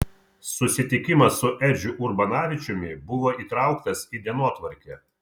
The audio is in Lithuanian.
susitikimas su edžiu urbanavičiumi buvo įtrauktas į dienotvarkę